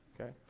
okay